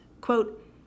Quote